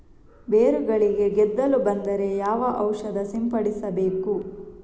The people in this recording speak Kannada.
ಬೇರುಗಳಿಗೆ ಗೆದ್ದಲು ಬಂದರೆ ಯಾವ ಔಷಧ ಸಿಂಪಡಿಸಬೇಕು?